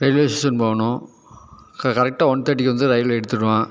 railway station போகணும் கரெக்டாக one தேர்ட்டிக்கு வந்து ரயிலை எடுத்துடுவான்